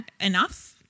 Enough